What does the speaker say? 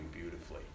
beautifully